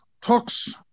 talks